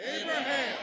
Abraham